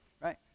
right